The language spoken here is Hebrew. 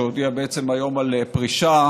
שהודיעה היום על פרישה